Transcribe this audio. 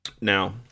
Now